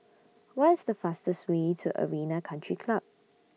What IS The fastest Way to Arena Country Club